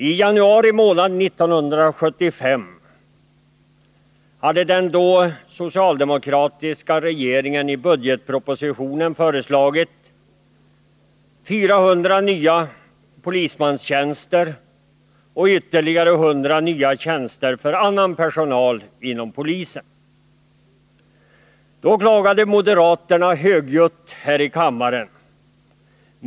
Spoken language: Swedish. I januari månad 1975 hade den socialdemokratiska regeringen i budgetpropositionen föreslagit 400 nya polismanstjänster och ytterligare 100 nya tjänster för annan personal inom polisen. Då klagade moderaterna högljutt här i kammaren.